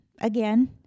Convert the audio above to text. again